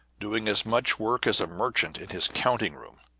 doing as much work as a merchant in his counting-room.